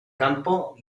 campo